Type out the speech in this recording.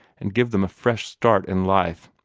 and give them a fresh start in life.